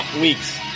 weeks